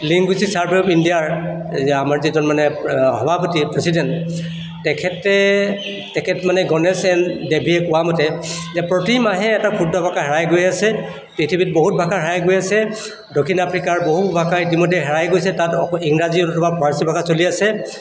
linguistic survey of ইণ্ডিয়াৰ যে আমাৰ যিজন মানে সভাপতি প্ৰেচিডেণ্ট তেখেতে তেখেত মানে গণেশ শেনদেৱে কোৱা মতে যে প্ৰতি মাহে এটা ক্ষুদ্ৰ ভাষা হেৰাই গৈ আছে পৃথিৱীত বহুত ভাষা হেৰাই গৈ আছে দক্ষিণ আফ্ৰিকাৰ বহু ভাষা ইতিমধ্যে হেৰাই গৈছে তাত অকল ইংৰাজী বা ফৰাচী ভাষা চলি আছে